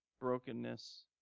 brokenness